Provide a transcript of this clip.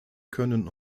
können